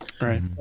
Right